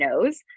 knows